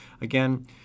Again